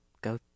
go